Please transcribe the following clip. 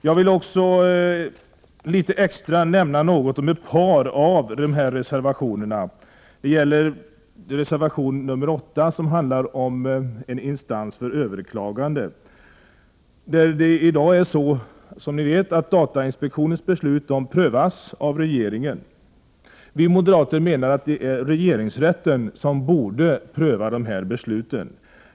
Jag vill också nämna litet extra om ett par av reservationerna. Jag vill börja med reservation nr 8, som handlar om en instans för överklagande. I dag kan datainspektionens beslut prövas av regeringen. Vi moderater menar att regeringsrätten borde pröva dessa beslut.